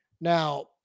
Now